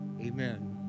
amen